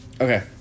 Okay